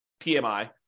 PMI